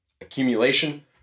accumulation